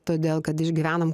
todėl kad išgyvenom